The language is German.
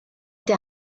der